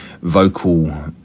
vocal